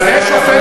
אבל אתה לא,